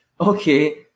Okay